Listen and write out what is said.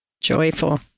joyful